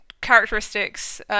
characteristics